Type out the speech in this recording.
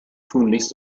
tunlichst